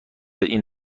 این